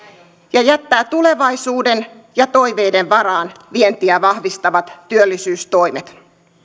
ja jättää tulevaisuuden ja toiveiden varaan vientiä vahvistavat työllisyystoimet